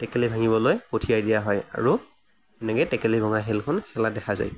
টেকেলি ভাঙিবলৈ পঠিয়াই দিয়া হয় আৰু তেনেকৈ টেকেলি ভঙা খেলখন খেলা দেখা যায়